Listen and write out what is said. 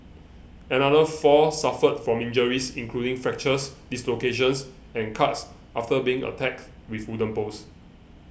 another four suffered from injuries including fractures dislocations and cuts after being attacked with wooden poles